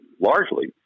largely